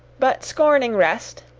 but scorning rest,